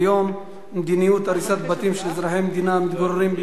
מדיניות הריסת בתים של אזרחי המדינה המתגוררים ביהודה ושומרון,